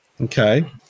Okay